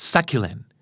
Succulent